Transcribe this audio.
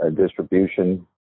distribution